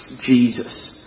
Jesus